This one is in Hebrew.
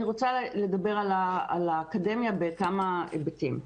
אני רוצה לדבר על האקדמיה בכמה היבטים.